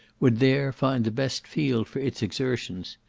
would there find the best field for its exertions.